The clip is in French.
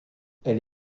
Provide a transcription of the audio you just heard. elle